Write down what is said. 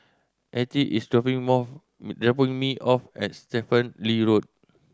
Attie is dropping off dropping me off at Stephen Lee Road